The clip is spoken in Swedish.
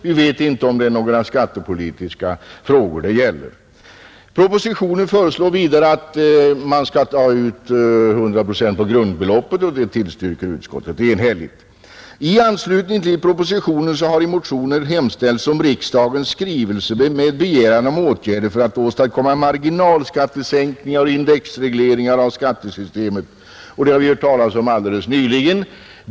Vi vet ju inte om det är några skattepolitiska frågor det gäller. I propositionen föreslås vidare att man skall ta ut 100 procent på grundbeloppet, och det tillstyrker utskottet enhälligt. I anslutning till propositionen har i motioner hemställts om en riksdagens skrivelse med begäran om åtgärder för att åstadkomma marginalskattesänkningar och indexreglering av skattesystemet. Det har vi hört talas om alldeles nyligen.